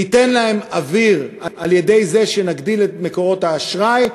ניתן להם אוויר על-ידי זה שנגדיל את מקורות האשראי,